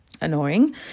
Annoying